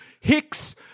Hicks